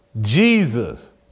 Jesus